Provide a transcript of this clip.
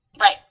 Right